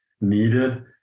needed